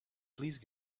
please